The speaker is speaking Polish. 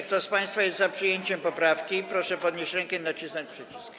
Kto z państwa jest za przyjęciem poprawki, proszę podnieść rękę i nacisnąć przycisk.